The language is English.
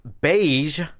beige